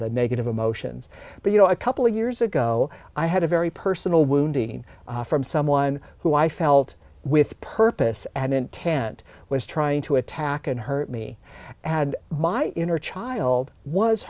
the negative emotions but you know a couple of years ago i had a very personal wounding from someone who i felt with purpose and intent was trying to attack and hurt me had my inner child was